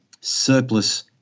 surplus